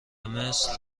مثل